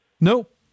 Nope